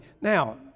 Now